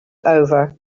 over